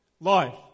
life